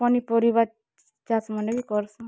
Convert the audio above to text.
ପନିପରିବା ଚାଷ୍ ମାନେ ବି କର୍ସୁଁ